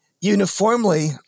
uniformly